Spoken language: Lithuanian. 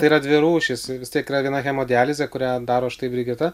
tai yra dvi rūšys vis tiek yra viena hemodializė kurią daro štai brigita